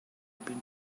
been